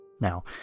Now